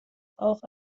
auch